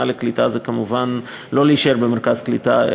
לקליטה היא כמובן לא להישאר במרכז קליטה,